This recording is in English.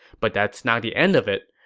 but that's not the end of it.